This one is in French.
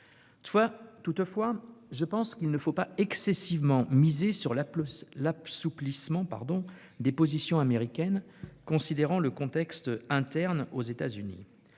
Toutefois, je pense qu'il ne faut pas excessivement miser sur l'assouplissement des positions américaines, compte tenu du contexte interne aux États-Unis.